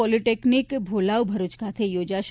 polytechnic Bholav Bharuch ખાતે યોજાશે